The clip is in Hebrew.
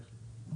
פחות או יותר.